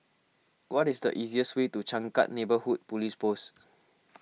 what is the easiest way to Changkat Neighbourhood Police Post